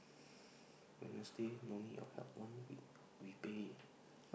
Wednesday don't need your help one week we pay